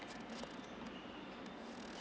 okay